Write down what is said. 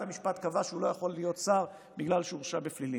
המשפט קבע שהוא לא יכול להיות שר בגלל שהוא הורשע בפלילים.